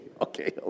okay